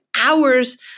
hours